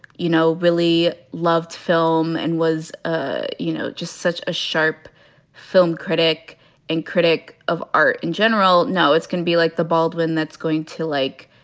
you know, really loved film and was, ah you know, just such a sharp film critic and critic of art in general. no, it's can be like the baldwin that's going to like,